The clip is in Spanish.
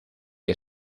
que